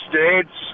States